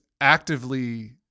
actively